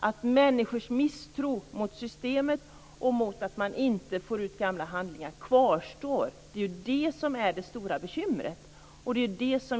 Att människors misstro mot systemet och mot att man inte får ut gamla handlingar kvarstår - det är detta som är det stora bekymret.